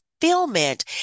fulfillment